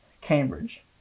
Cambridge